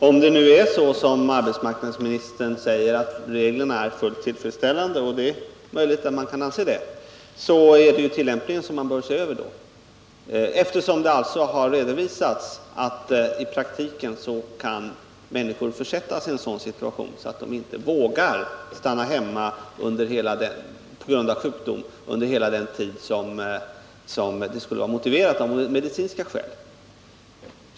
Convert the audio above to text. Herr talman! Om reglerna, som arbetsmarknadsministern säger, är fullt tillfredsställande — det är möjligt att man kan anse det — måste det vara tillämpningen man bör se över. Det har i praktiken redovisats att människor kan försättas i en sådan situation att de inte vågar stanna hemma så lång tid på grund av sjukdom som skulle vara motiverad av medicinska skäl.